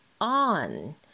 on